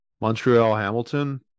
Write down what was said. Montreal-Hamilton